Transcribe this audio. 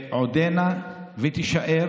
עודנה ותישאר